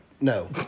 No